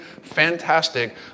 fantastic